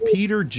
Peter